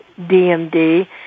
DMD